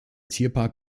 tierpark